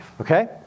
okay